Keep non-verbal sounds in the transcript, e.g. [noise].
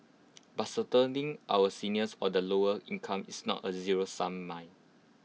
but [unintelligible] our seniors or the lower income is not A zero sum mine